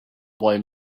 boy